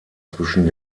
zwischen